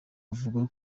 avuga